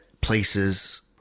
places